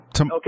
Okay